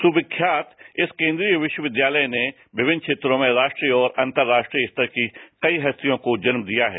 सुविख्यात इस केंद्रीय विश्वविद्यालय ने विभिन्न क्षेत्रों में राष्ट्रीय और अंतराष्ट्रीय स्तर की कई हस्तियों को जन्म दिया है